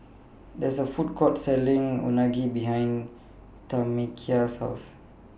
There IS A Food Court Selling Unagi behind Tamekia's House